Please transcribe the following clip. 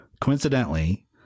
Coincidentally